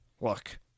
look